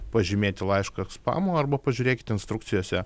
pažymėti laišką spamu arba pažiūrėkit instrukcijose